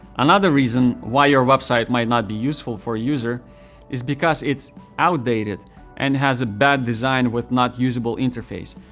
another reason why your website might not be useful for a user is because it's outdated and has a bad design with not usable interface.